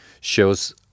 shows